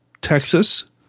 Texas